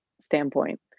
standpoint